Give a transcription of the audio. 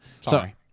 Sorry